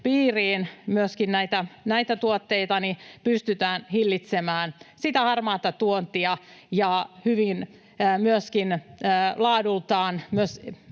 piiriin myöskin näitä tuotteita pystytään hillitsemään sitä harmaata tuontia ja myöskin laadultaan